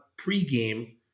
pregame